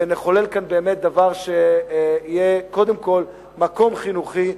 ונחולל כאן באמת דבר שיהיה קודם כול מקום חינוכי,